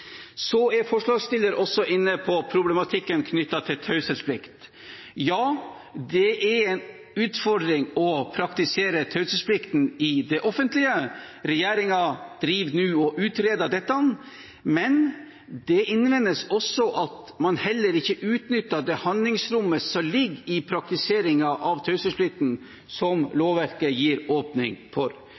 er også inne på problematikken knyttet til taushetsplikt. Ja, det er en utfordring å praktisere taushetsplikten i det offentlige. Regjeringen holder nå på å utrede dette. Men det innvendes også at man heller ikke utnytter det handlingsrommet som ligger i praktiseringen av taushetsplikten som lovverket gir åpning for.